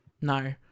No